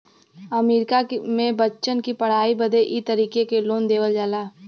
अमरीका मे बच्चन की पढ़ाई बदे ई तरीके क लोन देवल जाला